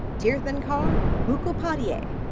tirthankar mukhopadhyay.